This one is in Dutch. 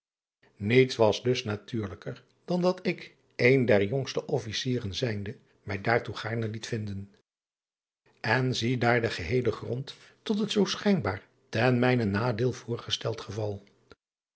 iets was dus natuurlijker dan dat ik een der jongste officieren zijnde mij daartoe driaan oosjes zn et leven van illegonda uisman gaarne liet vinden n zie daar den geheelen grond tot het zoo schijnbaar ten mijnen nadeel voorgesteld geval